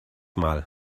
mal